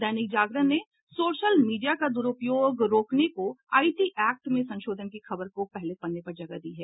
दैनिक जागरण ने social media का द्रूपयोग रोकने को आईटी एक्ट में संशोधन की खबर को पहले पन्ने पर जगह दी है